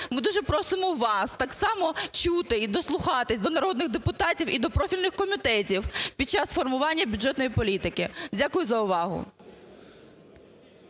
ми дуже просимо вас так само чути і дослухатися до народних депутатів і до профільних комітетів під час формування бюджетної політики. Дякую за увагу.